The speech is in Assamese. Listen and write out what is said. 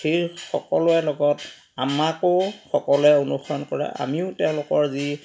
সেই সকলোৰে লগত আমাকো সকলোৱে অনুসৰণ কৰে আমিও তেওঁলোকৰ যি